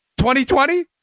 2020